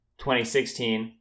2016